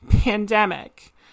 pandemic